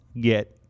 get